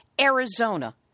Arizona